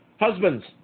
Husbands